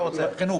החינוך?